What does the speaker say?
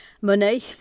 money